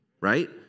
Right